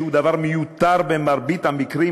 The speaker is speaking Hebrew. שהוא דבר מיותר במרבית המקרים,